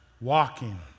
walking